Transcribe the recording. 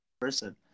person